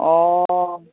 অঁ